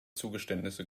zugeständnisse